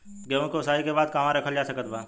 गेहूँ के ओसाई के बाद कहवा रखल जा सकत बा?